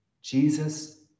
Jesus